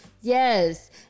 Yes